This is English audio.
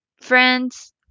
friends